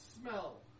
smell